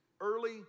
early